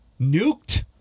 nuked